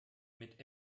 mit